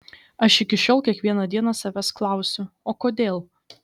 aš iki šiol kiekvieną dieną savęs klausiu o kodėl